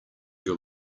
your